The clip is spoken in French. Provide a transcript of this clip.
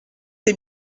est